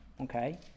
Okay